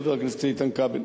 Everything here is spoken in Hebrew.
חבר הכנסת איתן כבל.